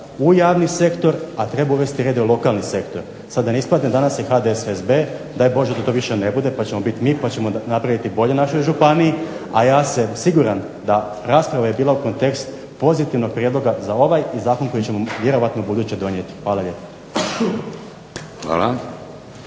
u javni sektor, a treba uvesti reda u lokalni sektor. Sada da ne ispadne danas je HDSSB, daj Bože da to više ne bude, pa ćemo biti mi, pa ćemo napraviti bolje našoj županiji. A ja sam siguran da rasprava je bila u kontekst pozitivnog prijedloga za ovaj i zakon koji ćemo vjerojatno ubuduće donijeti. Hvala lijepo.